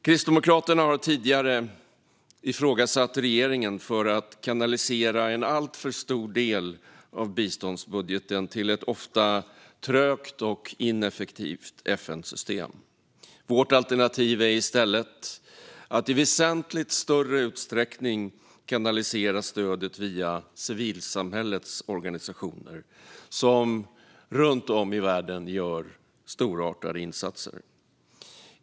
Kristdemokraterna har tidigare ifrågasatt regeringen för att man kanaliserar en alltför stor del av biståndsbudgeten till ett ofta trögt och ineffektivt FN-system. Vårt alternativ är i stället att i väsentligt större utsträckning kanalisera stödet via civilsamhällets organisationer, som runt om i världen gör storartade insatser.